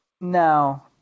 No